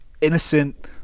innocent